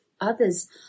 others